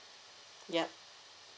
ya